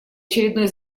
очередной